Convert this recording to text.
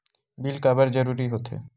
Bill काबर जरूरी होथे?